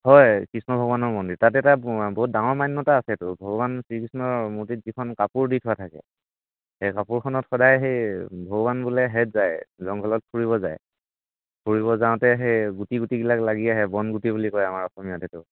হয় কৃষ্ণ ভগৱানৰ মন্দিৰ তাতে এটা বহুত ডাঙৰ মান্যতা আছেতো ভগৱান শ্ৰীকৃষ্ণৰ মূৰ্তিত যিখন কাপোৰ দি থোৱা থাকে সেই কাপোৰখনত সদায় সেই ভগৱান বোলে হেৰিত যায় জংঘলত ফুৰিব যায় ফুৰিব যাওঁতেই সেই গুটি গুটিবিলাক লাগি আহে বন গুটি বুলি কয় আমাৰ অসমীয়াত সেইটো